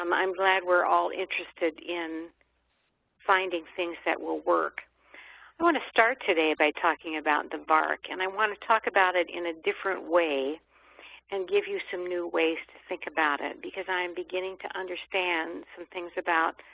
um i'm glad we're all interested in finding things that will work. i want to start today by talking about the vark and i want to talk about it in a different way and give you some new ways to think about it because i am beginning to understand some things about